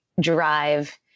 drive